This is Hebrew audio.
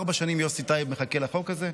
ארבע שנים יוסי טייב מחכה לחוק הזה,